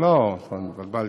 לא, לא, התבלבלתי.